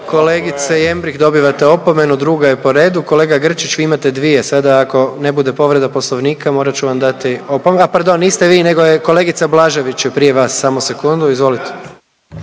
Kolegice Jembrih dobivate opomenu, druga je po redu. Kolega Grčić, vi imate dvije, sada ako ne bude povreda Poslovnika morat ću vam dati opo…, a pardon, niste vi nego je, kolegica Blažević je prije vas, samo sekundu, izvolite.